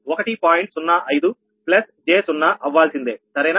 05 j 0 అవ్వాల్సిందే సరేనా